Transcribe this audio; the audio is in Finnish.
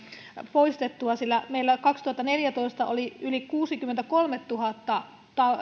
poistettua sillä meillä kaksituhattaneljätoista oli yli kuusikymmentäkolmetuhatta